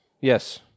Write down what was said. Yes